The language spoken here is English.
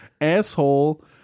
asshole